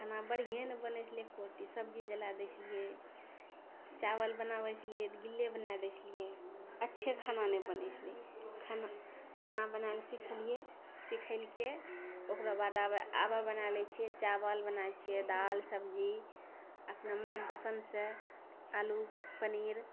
खाना बढ़िऑं नहि बनै छलै एकोरती सब्जी जला दै छलियै चावल बनाबै छलियै तऽ गीले बना दै छलियै अच्छे खाना नहि बनै छलै खाना बनाबे लए सिखलियै सिखेलकै ओकराबाद आब बना लै छियै चावल बनाए छियै दालि सब्जी अपना मन पसन्द से आलू पनीर